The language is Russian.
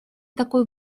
такой